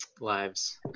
lives